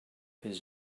his